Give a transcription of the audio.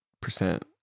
percent